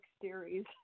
series